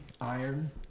iron